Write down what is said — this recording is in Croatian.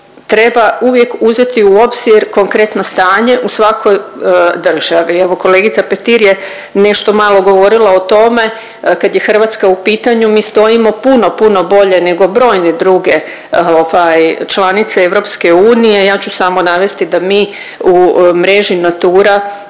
treba uvijek uzeti u obzir konkretno stanje u svakoj državi. Evo kolegica Petir je nešto malo govorila o tome, kad je Hrvatska u pitanju mi stojimo puno, puno bolje nego brojne druge ovaj članice EU. Ja ću samo navesti da mi u mreži Natura